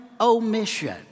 omission